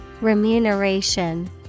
Remuneration